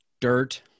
dirt